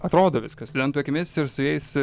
atrodo viskas studentų akimis ir su jais